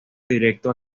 directo